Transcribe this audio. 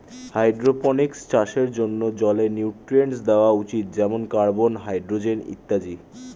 hydroponics চাষের জন্যে জলে নিউট্রিয়েন্টস দেওয়া উচিত যেমন কার্বন, হাইড্রোজেন ইত্যাদি